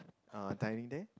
uh dining there